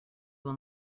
will